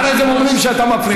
אחרי זה הם אומרים שאתה מפריע להם.